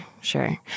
sure